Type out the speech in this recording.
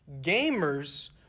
gamers